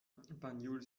banjul